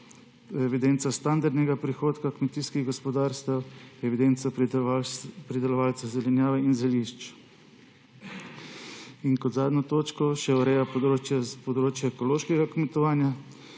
evidenco standardnega prihodka kmetijskih gospodarstev, evidenco pridelovalcev zelenjave in zelišč. Pod zadnjo točko ureja še področja s področja ekološkega kmetovanja,